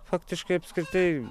faktiškai apskritai